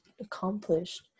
accomplished